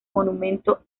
monumento